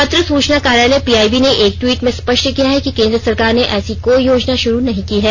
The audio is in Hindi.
पत्र सूचना कार्यालय पीआईबी ने एक द्वीट में स्पष्ट किया है कि केन्द्र सरकार ने ऐसी कोई योजना शुरू नहीं की है